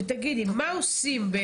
תגידי, מה עושים?